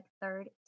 third